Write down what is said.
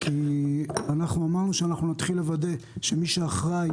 כי אנחנו אמרנו שאנחנו נתחיל לוודא, שמי שאחראי